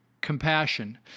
Compassion